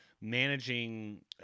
managing